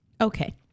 okay